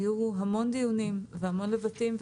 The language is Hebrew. היו המון דיונים והמון לבטים,